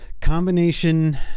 combination